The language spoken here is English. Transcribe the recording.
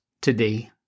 today